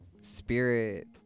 spirit